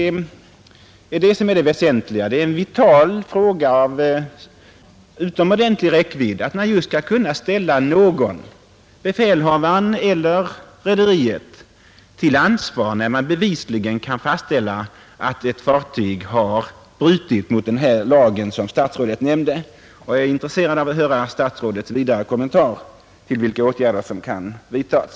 Detta är det väsentliga. Det är en vital fråga av utomordentlig räckvidd att man just skall kunna ställa någon — befälhavaren eller rederiet — till ansvar, när ett fartyg bevisligen har brutit mot den lag som statsrådet nämnde, och jag är intresserad av att höra statsrådets vidare kommentarer till vilka åtgärder som kan vidtas.